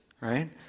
right